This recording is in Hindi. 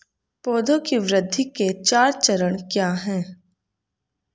पौधे की वृद्धि के चार चरण क्या हैं?